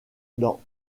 dans